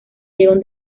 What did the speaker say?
león